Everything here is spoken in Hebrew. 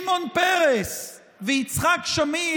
שמעון פרס ויצחק שמיר,